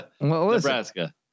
Nebraska